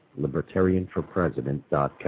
libertarianforpresident.com